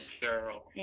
girl